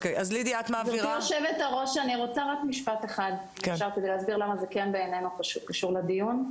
אני רוצה לומר רק משפט אחד כדי להסביר למה זה כן בעינינו קשור לדיון.